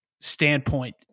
Standpoint